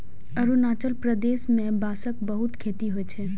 अरुणाचल प्रदेश मे बांसक बहुत खेती होइ छै